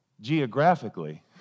Geographically